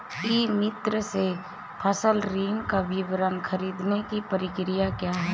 ई मित्र से फसल ऋण का विवरण ख़रीदने की प्रक्रिया क्या है?